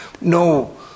No